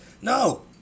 no